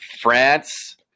France